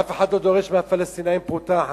אף אחד לא דורש מהפלסטינים פרוטה אחת,